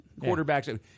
Quarterbacks